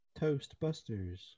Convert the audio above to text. Toastbusters